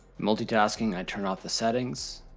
multitasking, i turn off the settings.